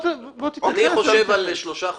אני חושב על שלושה חודשים.